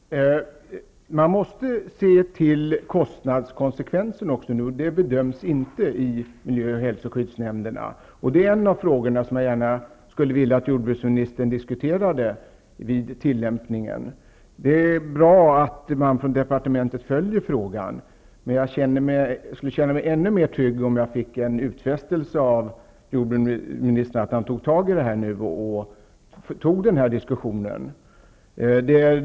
Herr talman! Man måste också se till kostnadskonsekvenserna. Sådant bedöms inte i miljö och hälsoskyddsnämnderna. Det här är en fråga jag skulle vilja att jordbruksministern diskuterar när det gäller tillämpningen. Det är bra att departementet följer frågan. Men jag skulle känna mig ännu mera trygg om jag fick en utfästelse av jordbruksministern att han skall föra diskussionen vidare.